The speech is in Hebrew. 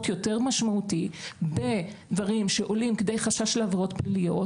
יותר משמעותי בדברים שעולים כדי חשש לעבירות פליליות,